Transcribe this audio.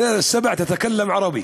באר-שבע מדברת ערבית,